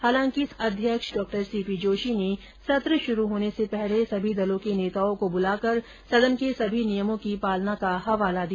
हालांकि अध्यक्ष डॉ सी पी जोशी ने सत्र शुरू होने से पहले सभी दलों के नेताओं को बुलाकर सदन के सभी नियमों की पालना का हवाला दिया